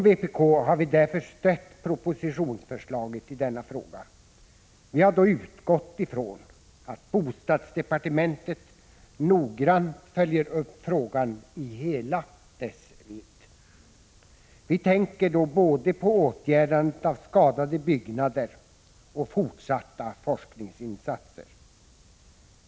Vpk har därför stött propositionsförslaget i denna fråga. Vi har då utgått ifrån att bostadsdepartementet noggrant följer upp frågan i hela dess vidd. Vi tänker både på åtgärdandet av skadade byggnader och fortsatta forskningsinsatser.